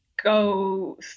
Go